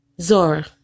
Zora